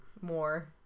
more